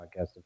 podcast